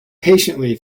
patiently